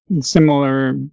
similar